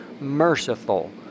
merciful